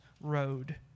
road